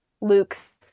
Luke's